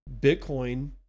Bitcoin